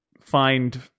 find